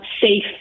safe